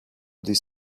this